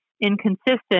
inconsistent